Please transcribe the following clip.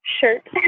shirt